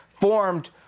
formed